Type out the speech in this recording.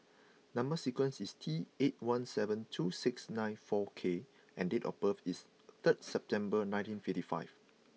number sequence is T eight one seven two six nine four K and date of birth is third September nineteen fifty five